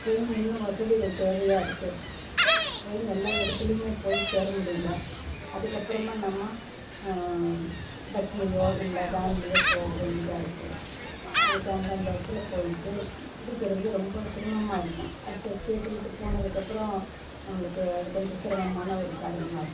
ட்ரெயினில் இன்னும் வசதிகள் தேவையாக இருக்குது ட்ரெயின் எல்லா இடத்துலியுமே போய் சேர முடியல அதுக்கப்புறமா நம்ம பஸ்ஸுலேயோ இல்லை வேன்லேயோ போக வேண்டிதாக இருக்குது அதுக்கு அந்தந்த இடத்துல போயிட்டு பிடிக்கிறது ரொம்ப சிரமமாக இருக்கும் அடுத்த ஸ்டேட்டு விட்டு போனதுக்கப்புறம் நம்மளுக்கு அது கொஞ்சம் சிரமமான ஒரு காரியமாக இருக்குது